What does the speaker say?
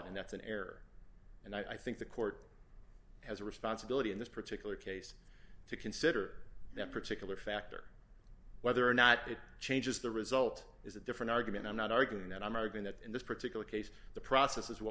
and that's an error and i think the court has a responsibility in this particular case to consider that particular factor whether or not it changes the result is a different argument i'm not arguing that i'm arguing that in this particular case the process is what